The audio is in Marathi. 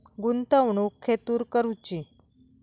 गुंतवणुक खेतुर करूची?